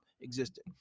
existed